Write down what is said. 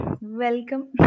welcome